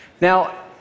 Now